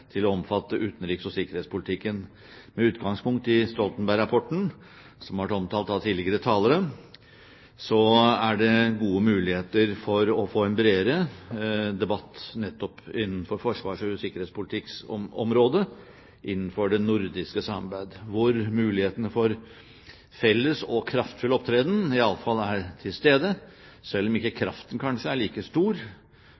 til å omfatte utenriks- og sikkerhetspolitikken. Med utgangspunkt i Stoltenberg-rapporten, som har vært omtalt av tidligere talere, er det gode muligheter for å få en bredere debatt nettopp på forsvars- og sikkerhetspolitikkområdet innenfor det nordiske samarbeidet, hvor mulighetene for felles og kraftfull opptreden iallfall er til stede, selv om kraften for de nordiske land samlet sett kanskje ikke